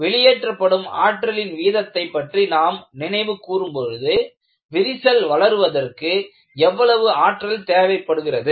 வெளியேற்றப்படும் ஆற்றலின் வீதத்தைப் பற்றி நாம் நினைவு கூறும் போது விரிசல் வளர்வதற்கு எவ்வளவு ஆற்றல் தேவைப்படுகிறது